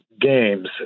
games